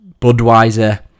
Budweiser